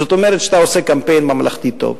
זאת אומרת שאתה עושה קמפיין ממלכתי טוב.